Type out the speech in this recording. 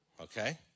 okay